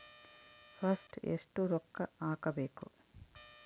First ಎಷ್ಟು ರೊಕ್ಕ ಹಾಕಬೇಕು?